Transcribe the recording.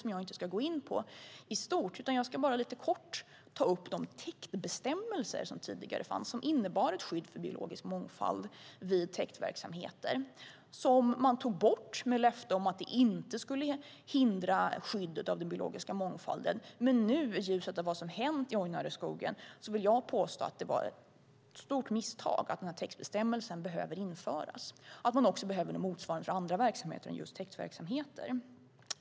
Jag ska inte gå in på det i stort utan lite kort ta upp de täktbestämmelser som tidigare fanns och som innebar ett skydd för biologisk mångfald vid täktverksamhet. De tog man bort med löfte om att det inte skulle hindra skyddet av den biologiska mångfalden. Men i ljuset av vad som hänt i Ojnareskogen påstår jag att det var ett stort misstag och att täktbestämmelser behöver återinföras. Man behöver också något motsvarande för andra verksamheter än just täktverksamheter.